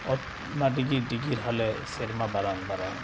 ᱚᱛ ᱢᱟ ᱰᱤᱜᱤᱨ ᱰᱤᱜᱤᱨ ᱦᱟᱞᱮ ᱥᱮᱨᱢᱟ ᱵᱟᱨᱟᱝ ᱵᱟᱨᱟᱝ